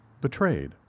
betrayed